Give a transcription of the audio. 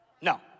No